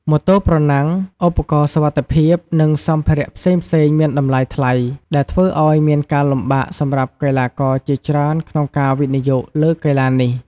ម៉ូតូប្រណាំង ឧបករណ៍សុវត្ថិភាព និងសម្ភារៈផ្សេងៗមានតម្លៃថ្លៃ ដែលធ្វើឱ្យមានការលំបាកសម្រាប់កីឡាករជាច្រើនក្នុងការវិនិយោគលើកីឡានេះ។